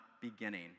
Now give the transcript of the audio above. beginning